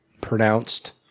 pronounced